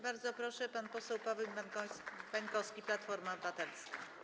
Bardzo proszę, pan poseł Paweł Bańkowski, Platforma Obywatelska.